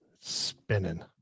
Spinning